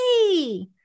Hey